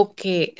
Okay